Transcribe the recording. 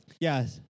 Yes